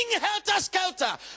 helter-skelter